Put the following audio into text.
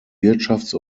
wirtschafts